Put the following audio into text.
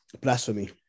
blasphemy